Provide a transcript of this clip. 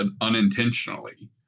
unintentionally